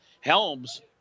Helms